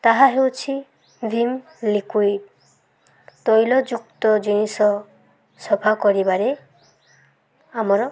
ତାହା ହେଉଛି Vim liquid ତୈଲଯୁକ୍ତ ଜିନିଷ ସଫା କରିବାରେ ଆମର